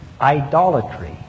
idolatry